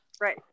right